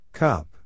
Cup